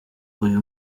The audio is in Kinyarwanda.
uyu